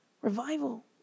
Revival